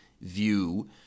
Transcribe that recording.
view